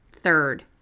third